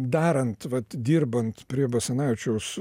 darant vat dirbant prie basanavičiaus